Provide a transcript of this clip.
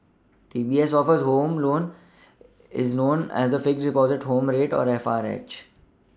DBS' home loan is known as the fixed Deposit home rate or F R H